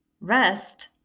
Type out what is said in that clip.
Rest